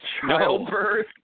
Childbirth